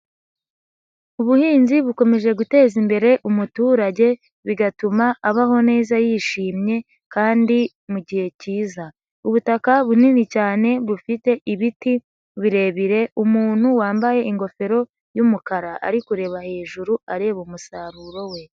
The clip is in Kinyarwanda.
Ubuhinzi bukomeje guteza imbere umuturage bigatuma abaho neza yishimye kandi mugihe cyiza, ubutaka bunini cyane bufite ibiti birebire, umuntu wambaye ingofero y'umukara ari kureba hejuru areba umusaruro we.